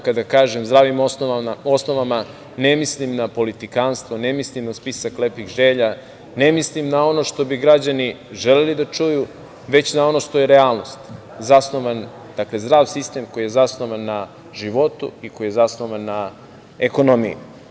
Kada kažem zdravim osnovama, ne mislim na politikanstvo, ne mislim na spisak lepih želja, ne mislim na ono što bi građani želeli da čuju, već na ono što je realnost, zdrav sistem koji je zasnovan na životu i koji je zasnovan na ekonomiji.